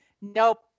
nope